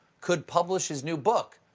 could publish his new book.